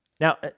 Now